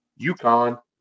UConn